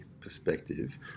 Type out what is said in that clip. perspective